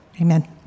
amen